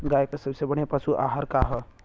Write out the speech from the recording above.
गाय के सबसे बढ़िया पशु आहार का ह?